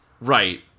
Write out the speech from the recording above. right